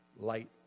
Light